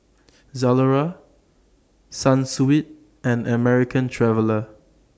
Zalora Sunsweet and American Traveller